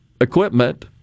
equipment